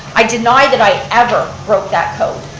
i deny that i ever broke that code,